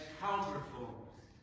counterforce